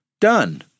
Done